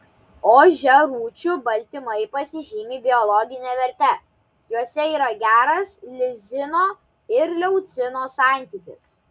ožiarūčių baltymai pasižymi biologine verte juose yra geras lizino ir leucino santykis